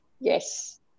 Yes